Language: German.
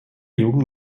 jugend